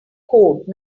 code